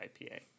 IPA